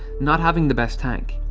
not having the best tank.